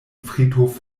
friedhof